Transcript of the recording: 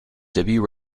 debut